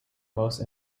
most